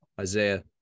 Isaiah